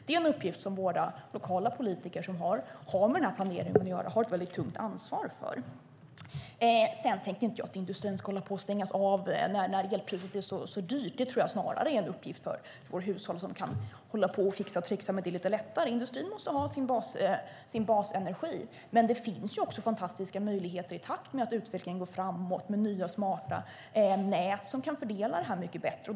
Det är en uppgift som våra lokala politiker, som har med planeringen att göra, har ett tungt ansvar för. Jag tänkte inte att industrin ska stängas av när elpriset är så dyrt. Det är snarare en uppgift för hushållen som lättare kan fixa och tricksa med sådant. Industrin måste ha sin basenergi, men det finns fantastiska möjligheter i takt med att utvecklingen går framåt med nya smarta nät som kan fördela energin bättre.